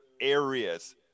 areas